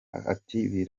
ati